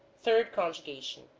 third conjugation